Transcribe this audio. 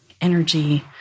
energy